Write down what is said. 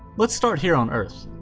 let's start here on earth.